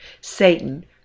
Satan